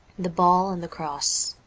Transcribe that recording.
the ball and the cross